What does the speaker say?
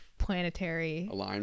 planetary